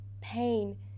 pain